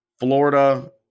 Florida